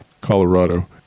Colorado